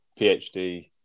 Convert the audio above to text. PhD